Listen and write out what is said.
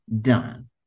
done